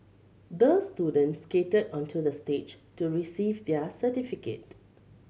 the student skated onto the stage to receive their certificate